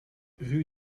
rue